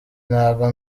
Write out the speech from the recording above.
ntabwo